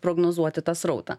prognozuoti tą srautą